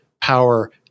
power